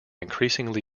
increasingly